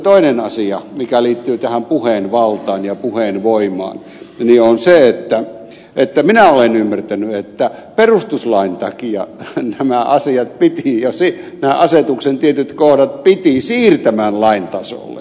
toinen asia mikä liittyy tähän puheen valtaan ja puheen voimaan on se että minä olen ymmärtänyt että perustuslain takia nämä asiat nämä asetuksen tietyt kohdat piti siirrettämän lain tasolle